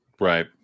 Right